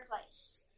place